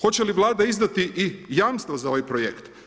Hoće li Vlada izdati i jamstva za ovaj projekt?